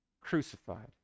crucified